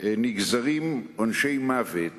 נגזרים עונשי מוות